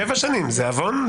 שבע שנים זה עוון?